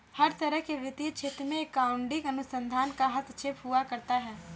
हर तरह के वित्तीय क्षेत्र में अकाउन्टिंग अनुसंधान का हस्तक्षेप हुआ करता है